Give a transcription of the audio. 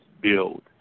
build